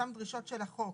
אותן דרישות של החוק,